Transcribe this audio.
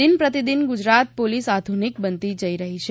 દિન પ્રતિદિન ગુજરાત પોલીસ આધુનિક બનતી જઈ રઠી છે